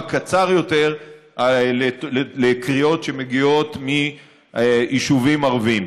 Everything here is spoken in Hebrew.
קצר יותר בקריאות שמגיעות מיישובים ערביים.